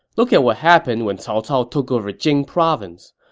look at what happened when cao cao took over jing province.